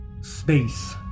Space